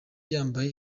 yambaye